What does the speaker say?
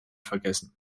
vergessen